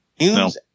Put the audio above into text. News